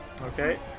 Okay